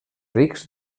rics